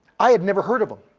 i had never heard of them.